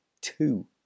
two